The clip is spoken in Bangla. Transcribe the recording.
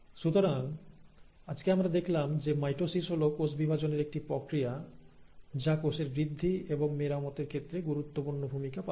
সুতরাং আজকে আমরা দেখলাম যে মাইটোসিস হল কোষ বিভাজনের একটি প্রক্রিয়া যা কোষের বৃদ্ধি এবং কোষ মেরামতের ক্ষেত্রে গুরুত্বপূর্ণ ভূমিকা পালন করে